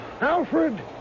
Alfred